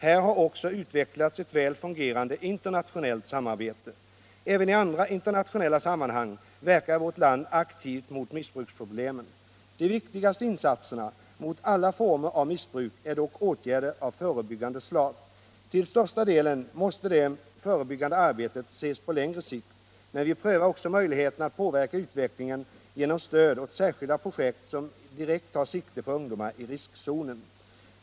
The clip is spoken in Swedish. Här har också utvecklats ett väl fungerande internationellt samarbete. Även i andra internationella sammanhang verkar vårt land aktivt mot missbruksproblemen. De viktigaste insatserna mot alla former av missbruk är dock åtgärder av förebyggande slag. Till största delen måste det förebyggande arbetet ses på längre sikt, men vi prövar också möjligheterna att påverka utvecklingen genom stöd åt särskilda projekt som direkt tar sikte på ungdomar i riskzonen.